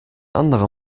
anderer